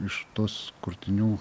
iš tos kurtinių